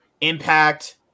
Impact